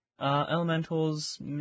Elementals